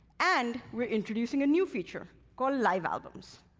and, we're introducing a new feature called live albums.